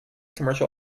commercial